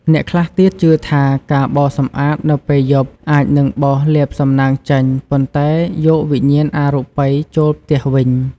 អ្នកខ្លះទៀតជឿថា ការបោសសម្អាតនៅពេលយប់ អាចនឹងបោសលាភសំណាង ចេញ ប៉ុន្តែយកវិញ្ញាណអរូបីចូលផ្ទះវិញ។